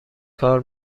کار